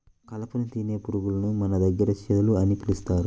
కలపను తినే పురుగులను మన దగ్గర చెదలు అని పిలుస్తారు